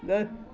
ಗೌ